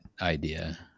idea